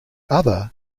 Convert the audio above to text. other